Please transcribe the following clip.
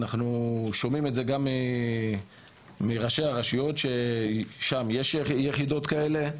אנחנו שומעים את זה גם מראשי הרשויות שבהן יש יחידות כאלה,